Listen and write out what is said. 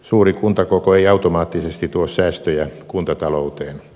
suuri kuntakoko ei automaattisesti tuo säästöjä kuntatalouteen